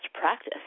practice